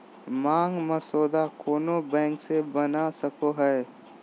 मांग मसौदा कोनो बैंक से बना सको हइ